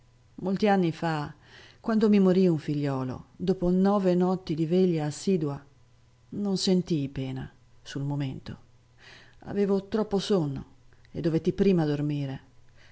molti anni fa quando mi morì un figliuolo dopo nove notti di veglia assidua non sentii pena sul momento avevo troppo sonno e dovetti prima dormire